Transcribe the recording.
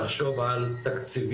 לחשוב על תקציבים,